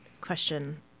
question